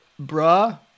bruh